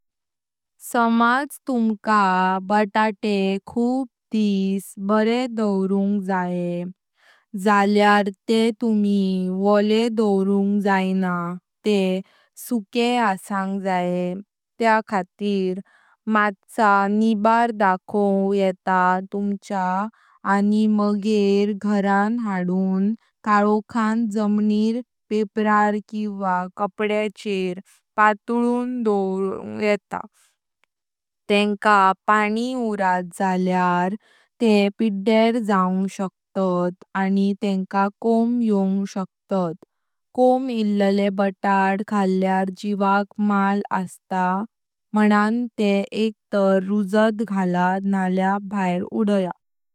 समज तुमका बताते खूप दिस बरे दोवरुंग जायें जाल्यार ते तुंमि वळे दोवरुंग जाइना, ते सुके असांग जायें तया खातीर मट्शा निबार दाखोव येता तुमच्या, आनी मगेऱ घरांत हडून कालोखां जम्णीर पपेऱार किवा कपड्याचेर पाटुळुं दोवरा। तेंका पाणी उरत जाल्यार ते पिड्यार जाऊंग शकतात आनी तेंका कोम योंग शकतात। कोम इलेले बातत खाल्यार जीवन माल असता, मनन ते एका ता रूजत घाल नळ्या भार उदया।